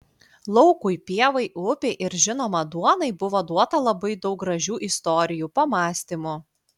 laukui pievai upei ir žinoma duonai buvo duota labai daug gražių istorijų pamąstymų